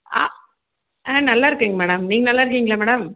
ஆ ஆ நல்லாயிருக்கேங்க மேடம் நீங்கள் நல்லாயிருக்கீங்களா மேடம்